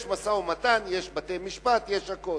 יש משא-ומתן, יש בתי-משפט, יש הכול.